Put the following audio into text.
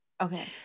okay